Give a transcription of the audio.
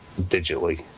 digitally